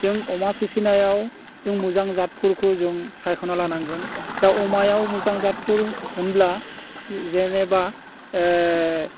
जों अमा फिसिनायाव जों मोजां जादफोरखौ जों सायख'ना लानांगोन दा अमायाव मोजां जादफोर होनब्ला जेनेबा